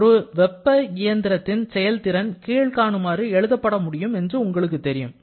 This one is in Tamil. ஒரு வெப்ப இயந்திரத்தின் செயல்திறன் கீழ்காணுமாறு எழுதப்பட முடியும் என்று உங்களுக்கு தெரியும்